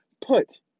put